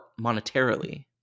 monetarily